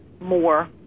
more